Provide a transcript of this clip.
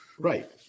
Right